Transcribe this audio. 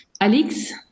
Alex